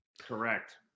Correct